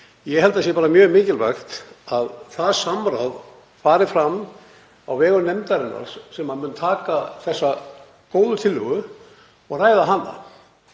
Ég held það sé mjög mikilvægt að það samráð fari fram á vegum nefndarinnar sem mun taka við þessari góðu tillögu og ræða hana.